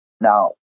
Now